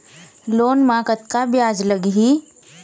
Loan म कतका ब्याज लगही?